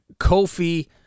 Kofi